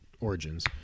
Origins